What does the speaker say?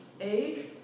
Age